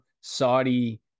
Saudi